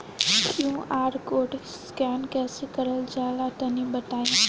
QR code scan कैसे क़रल जला तनि बताई?